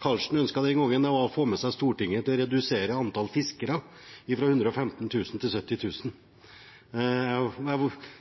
Carlsen ønsket den gangen, å få med seg Stortinget på å redusere antall fiskere fra 115 000 til 70 000.